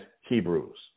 Hebrews